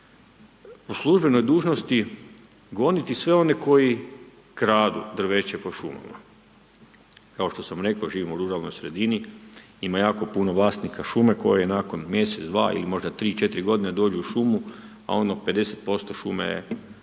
po službenoj dužnosti goniti sve one koji kradu drveće po šumama. Kao što sam rekao živim u ruralnoj sredini. Ima jako puno vlasnika šume koji nakon mjesec, dva ili možda tri, četiri godine dođu u šumu a ono 50% šume je